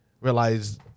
realize